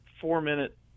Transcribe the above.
four-minute